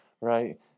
right